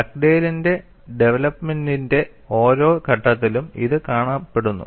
ഡഗ്ഡെയ്ലിന്റെ ടെവലപ്പ്മെൻറ്റിന്റെ Dugdale's development ഓരോ ഘട്ടത്തിലും ഇത് കാണപ്പെടുന്നു